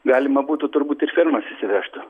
galima būtų turbūt ir fermas išsivežtų